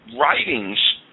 writings